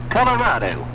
Colorado